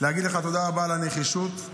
תודה רבה על הנחישות.